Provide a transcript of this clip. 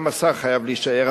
גם השר חייב להישאר,